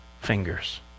fingers